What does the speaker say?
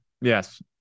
Yes